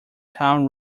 town